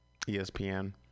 ESPN